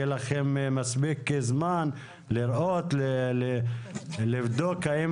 יהיה לכם מספיק זמן לראות ולבדוק האם